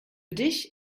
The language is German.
dich